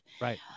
Right